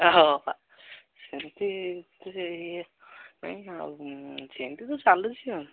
ଆ ହ ପା ସେମତି ତ ସେ ଇଏ ପାଇଁ ଆଉ ସେମତି ତ ଚାଲୁଛି ଆଉ